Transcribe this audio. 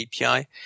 API